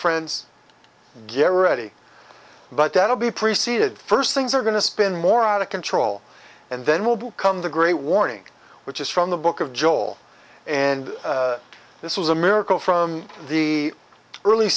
friends get ready but that'll be preceded first things are going to spin more out of control and then will come the great warning which is from the book of joel and this was a miracle from the early